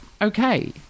Okay